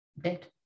dead